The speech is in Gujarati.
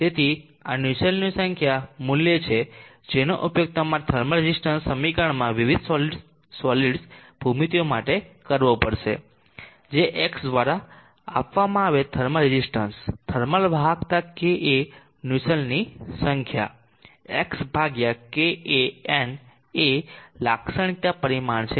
તેથી આ નુસ્સેલ્ટનું સંખ્યા મૂલ્ય છે જેનો ઉપયોગ તમારે થર્મલ રેઝિસ્ટન્સ સમીકરણમાં વિવિધ સોલીડ્સ ભૂમિતિઓ માટે કરવો પડશે જે X દ્વારા આપવામાં આવેલ થર્મલ રેઝિસ્ટન્સ થર્મલ વાહકતા K એ નુસેલ્ટની સંખ્યા X KaN એ લાક્ષણિકતા પરિમાણ છે